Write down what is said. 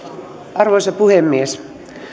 arvoisa puhemies